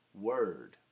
word